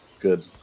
Good